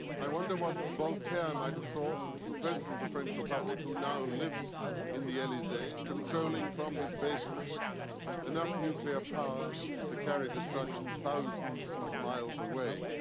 i wonder what voltaire might have thought of the president of the french republic who now lives in the elysee, controlling from his basement enough nuclear power to carry destruction thousands of miles away.